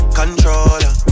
controller